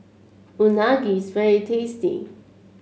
Unagi is very tasty